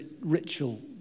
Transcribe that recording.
Ritual